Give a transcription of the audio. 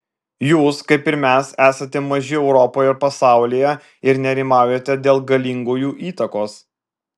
jūs kaip ir mes esate maži europoje ir pasaulyje ir nerimaujate dėl galingųjų įtakos